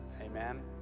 Amen